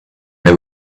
they